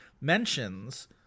mentions